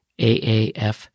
aaf